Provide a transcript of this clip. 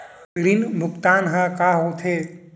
ऋण भुगतान ह का होथे?